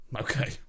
Okay